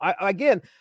Again